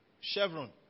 Chevron